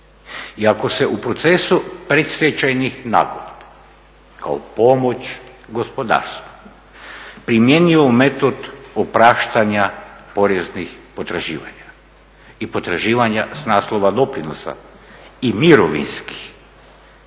ako se u procesu predstečajnih nagodbi kao pomoć gospodarstvu primijenio metoda opraštanja poreznih potraživanja i potraživanja sa naslova doprinosa i mirovinskih